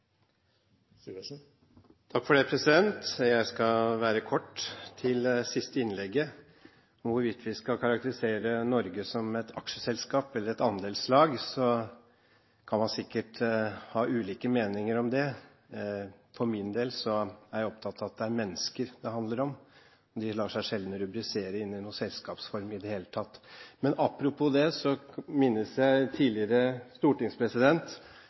trengs for å fatte rette beslutninger i nåtid, ikke bare at vi ser det i ettertid. Jeg skal være kort. Til det siste innlegget, hvorvidt vi skal karakterisere Norge som et aksjeselskap eller et andelslag, kan man sikkert ha ulike meninger om. For min del er jeg opptatt av at det er mennesker det handler om. De lar seg sjelden rubrisere inn i noen selskapsform i det hele tatt. Men apropos det minnes jeg tidligere stortingspresident